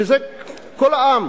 שזה כל העם,